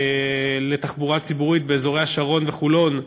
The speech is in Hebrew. לתחבורה ציבורית באזורי השרון וחולון,